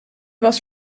was